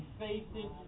facing